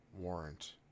warrant